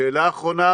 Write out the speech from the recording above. שאלה אחרונה,